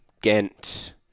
Ghent